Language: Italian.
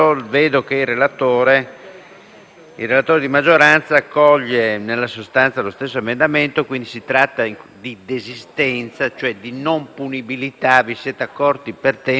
il relatore accoglie nella sostanza lo stesso emendamento, quindi si tratta di desistenza, cioè di non punibilità: vi siete accorti per tempo di quello che stavate facendo,